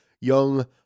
young